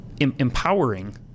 empowering